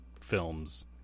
films